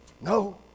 no